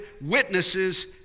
witnesses